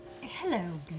Hello